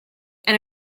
and